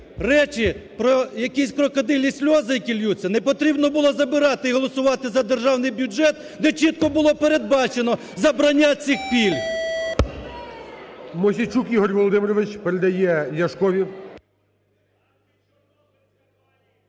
речі, про якісь "крокодилі сльози", які ллються! Не потрібно було забирати і голосувати за державний бюджет, де чітко було передбачено забрання цих пільг. ГОЛОВУЮЧИЙ. Мосійчук Ігор Володимирович передає Ляшкові.